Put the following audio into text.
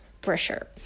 pressure